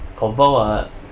confirm [what]